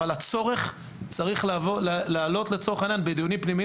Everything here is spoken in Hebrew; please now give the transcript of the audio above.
הדברים צריכים לעלות בדיונים הפנימיים